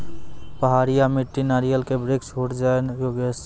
पहाड़िया मिट्टी नारियल के वृक्ष उड़ जाय योगेश?